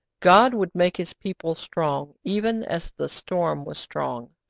god would make his people strong, even as the storm was strong.